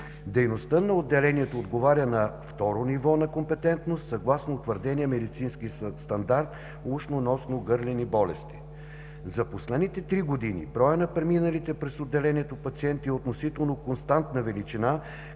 Дейността на отделението отговаря на второ ниво на компетентност, съгласно утвърдения Медицински стандарт „Ушно-носно-гърлени болести“. За последните три години броят на преминалите през отделението пациенти е относително константна величина,